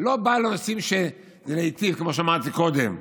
לא בא לנושאים, כמו שאמרתי קודם,